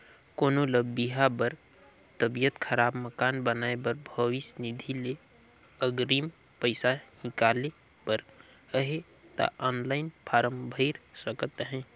कोनो ल बिहा बर, तबियत खराब, मकान बनाए बर भविस निधि ले अगरिम पइसा हिंकाले बर अहे ता ऑनलाईन फारम भइर सकत अहे